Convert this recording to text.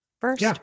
first